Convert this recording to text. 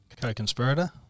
Co-conspirator